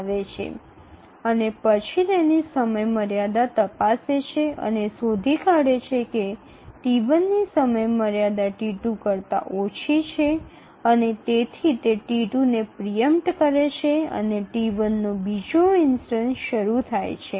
তারপরে নির্ধারিত সময়সীমাটি পরীক্ষা করে দেখা যায় যে T1 এর পরে T2 কম ছিল এবং ততক্ষণে T2 এবং T1 টি এর দ্বিতীয় দৃষ্টিকোণটি সম্পূর্ণ করেছে